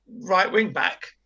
right-wing-back